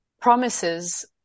promises